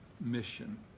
mission